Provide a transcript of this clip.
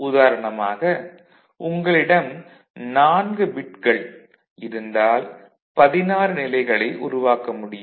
உதாரணமாக உங்களிடம் 4 பிட்கள் இருந்தால் 16 நிலைகளை உருவாக்க முடியும்